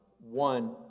One